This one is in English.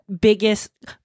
biggest